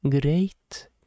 Great